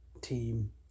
team